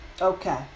okay